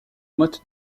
motte